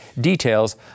details